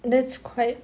that's quite